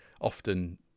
often